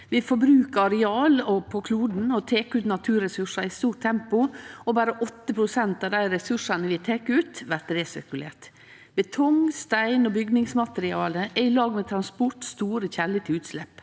Vi forbrukar areal på kloden og tek ut naturressursar i stort tempo, og berre 8 pst. av dei ressursane vi tek ut, blir resirkulerte. Betong, stein og bygningsmateriale er i lag med transport store kjelder til utslepp.